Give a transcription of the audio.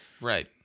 right